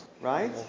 Right